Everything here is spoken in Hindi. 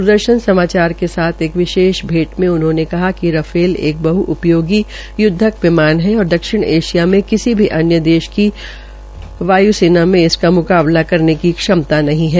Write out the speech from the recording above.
द्रदर्शन समाचार के एक विशेष भेंट में उन्होंने कहा कि रफाल एक बहपयोगी युदवक विमान है और दक्षिण ऐशिया में किसी भी अन्य देश की वायु सेना मे इसका म्काबला करने की क्षमता नहीं है